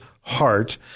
heart